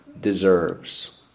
deserves